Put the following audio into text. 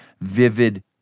vivid